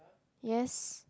yes